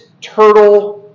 turtle